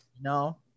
no